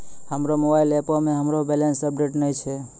हमरो मोबाइल एपो मे हमरो बैलेंस अपडेट नै छै